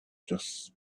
just